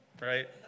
Right